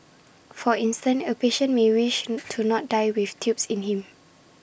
for instance A patient may wish to not die with tubes in him